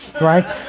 Right